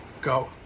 go